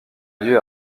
lieu